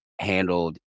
handled